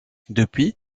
depuis